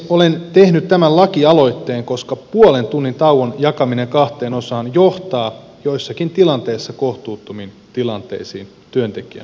olen tehnyt tämän lakialoitteen koska puolen tunnin tauon jakaminen kahteen osaan johtaa joissakin tilanteissa kohtuuttomiin tilanteisiin työntekijän näkökulmasta